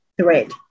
thread